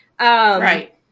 Right